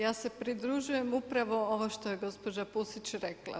Ja se pridružujem upravo ovo što je gospođa Pusić rekla.